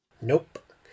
Nope